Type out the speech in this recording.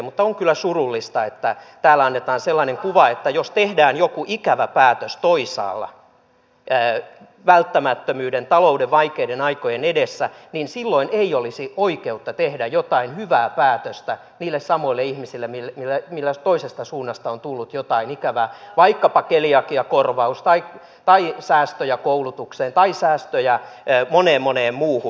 mutta on kyllä surullista että täällä annetaan sellainen kuva että jos tehdään joku ikävä päätös toisaalla välttämättömyyden talouden vaikeiden aikojen edessä niin silloin ei olisi oikeutta tehdä jotain hyvää päätöstä niille samoille ihmisille joille toisesta suunnasta on tullut jotain ikävää vaikkapa keliakiakorvaus tai säästöjä koulutukseen tai säästöjä moneen moneen muuhun